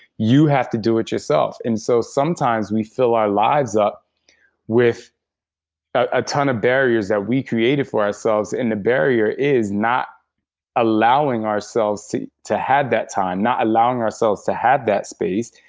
you have to do it yourself and so sometimes we fill our lives up with a ton of barriers that we created for ourselves, and the barrier is not allowing ourselves to have that time, not allowing ourselves to have that space,